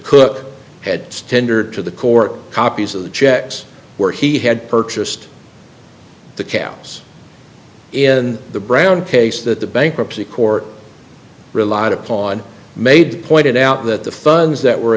cook had standard to the court copies of the checks where he had purchased the campus in the brown case that the bankruptcy court relied upon made pointed out that the funds that were